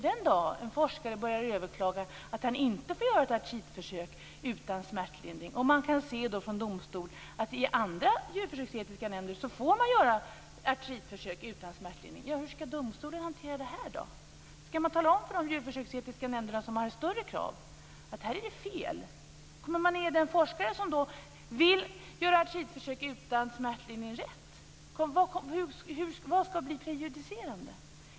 Den dag en forskare börjar överklaga att han inte får göra ett artritförsök utan smärtlindring och domstolen kan konstatera att andra djurförsöksetiska nämnder tillåter att man gör artritförsök utan smärtlindring, hur skall domstolen hantera det? Skall man tala om för de djurförsöksetiska nämnder som har större krav att det här är fel? Kommer man att ge den forskare som vill göra artritförsök utan smärtlindring rätt? Vad skall bli prejudicerande?